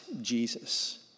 Jesus